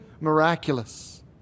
miraculous